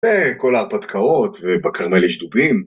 וכל ההפתקאות ובכרמל יש דובים